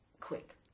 quick